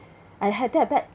I had that bad